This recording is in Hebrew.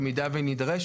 במידה ונידרש,